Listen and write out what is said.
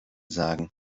sagen